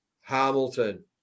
Hamilton